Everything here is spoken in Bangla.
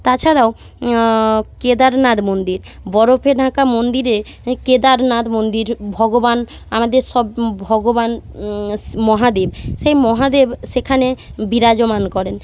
তাছাড়াও কেদারনাথ মন্দির বরফে ঢাকা মন্দিরে এ কেদারনাথ মন্দির ভগবান আমাদের সব ভগবান মহাদেব সেই মহাদেব সেখানে বিরাজমান করেন